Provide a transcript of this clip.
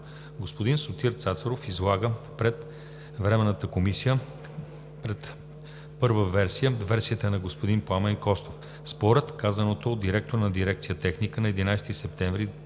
Господин Сотир Цацаров излага пред Временната комисия първа версия – версията на господин Пламен Костов. Според казаното от директора на дирекция „Техника“ на 11 септември